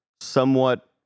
somewhat